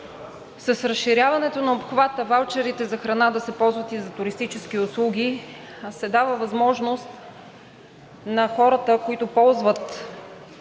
С разширяването на обхвата ваучерите за храна да се ползват и за туристически услуги се дава възможност на хората, които ползват